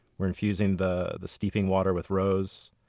we're infusing the the steeping water with rose,